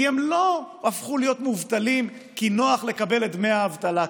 כי הם לא הפכו להיות מובטלים כי נוח לקבל את דמי האבטלה כרגע,